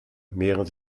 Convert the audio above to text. mehren